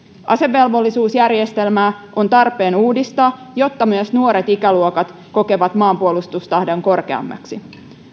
asevelvollisuusjärjestelmää on tarpeen uudistaa jotta myös nuoret ikäluokat kokevat maanpuolustustahdon korkeammaksi